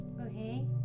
Okay